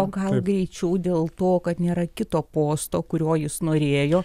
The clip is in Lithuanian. o gal greičiau dėl to kad nėra kito posto kurio jis norėjo